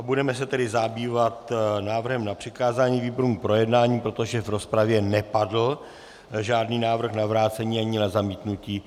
Budeme se tedy zabývat návrhem na přikázání výborům k projednání, protože v rozpravě nepadl žádný návrh na vrácení ani na zamítnutí.